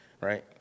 right